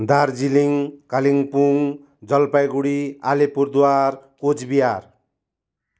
Darjeeling Kalimpong Jalpaiguri Alipurduar Cooch Behar